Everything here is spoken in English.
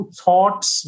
thoughts